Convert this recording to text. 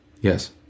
Yes